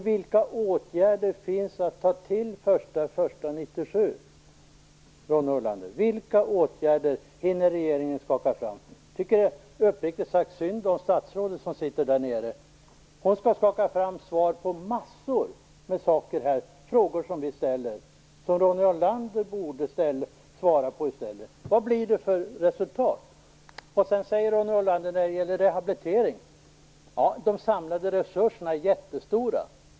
Vilka åtgärder finns att ta till den 1 januari 1997, Ronny Olander? Vilka åtgärder hinner regeringen skaka fram? Jag tycker uppriktigt sagt synd om statsrådet som sitter där nere. Hon skall skaka fram svar på massor av frågor som vi ställer, som Ronny Olander i stället borde svara på. Vad blir det för resultat? När det gäller rehabilitering säger Ronny Olander att de samlade resurserna är jättestora.